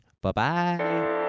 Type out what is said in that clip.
Bye-bye